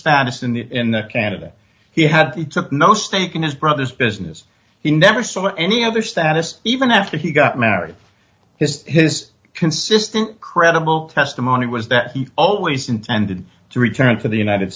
status in the in canada he had no stake in his brother's business he never saw any other status even after he got married his his consistent credible testimony was that he always intended to return to the united